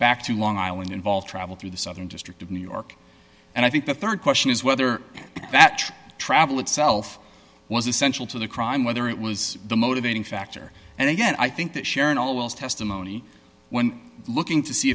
back to long island involved travel through the southern district of new york and i think the rd question is whether that travel itself was essential to the crime whether it was the motivating factor and again i think that sharon always testimony when looking to see